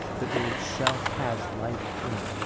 that it itself has life in it.